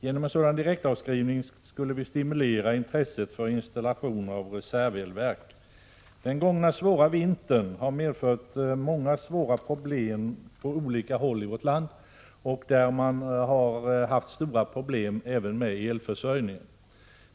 Genom en sådan direktavskrivning skulle intresset för installation av reservelverk stimuleras. Den gångna svåra vintern har medfört stora problem med elförsörjningen på många håll i vårt land.